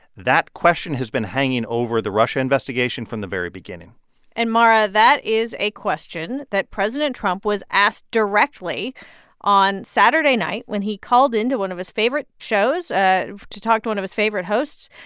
that question has been hanging over the russia investigation from the very beginning and mara, that is a question that president trump was asked directly on saturday night when he called into one of his favorite shows ah to talk to one of his favorite hosts,